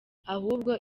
ahubwo